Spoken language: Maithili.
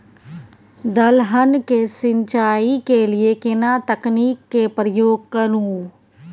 दलहन के सिंचाई के लिए केना तकनीक के प्रयोग करू?